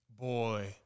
Boy